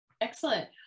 Excellent